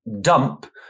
dump